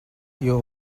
your